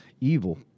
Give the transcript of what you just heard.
evil